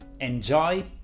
enjoy